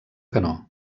canó